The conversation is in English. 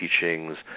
teachings